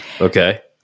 Okay